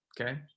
Okay